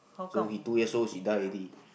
so he two years old she die already